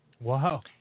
Wow